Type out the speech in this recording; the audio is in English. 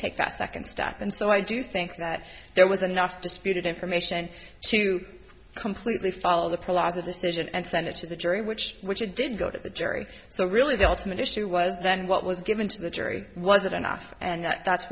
take that second step and so i do think that there was enough disputed information to completely follow the palazzo decision and send it to the jury which which it did go to the jury so really the ultimate issue was then what was given to the jury was that enough and that's